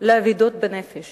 לאבדות בנפש